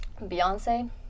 Beyonce